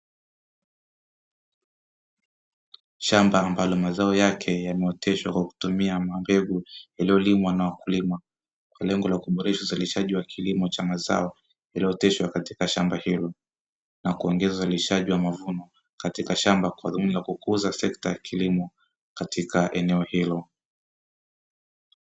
Shamba ambalo mazao yake yameoteshwa kwa kutumia mabegu yaliyoliwa na wakulima, kwa lengo la kuboresha uzalishaji wa kilimo cha mazao yaliyoteshwa katika shamba hilo, na kuongeza uzalishaji wa mavuno katika shamba kwa dhumuni la kukuza sekta ya kilimo katika eneo hilo.